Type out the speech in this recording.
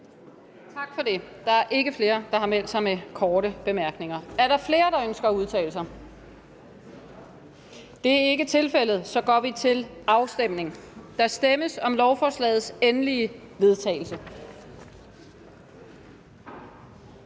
Tak for det. Der er ikke flere, der har meldt sig med korte bemærkninger. Er der flere, der ønsker at udtale sig? Det er ikke tilfældet, så går vi til afstemning. Kl. 10:59 Afstemning Tredje